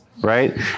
Right